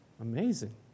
amazing